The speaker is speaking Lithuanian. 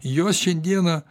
jos šiandieną